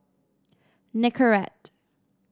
nicorette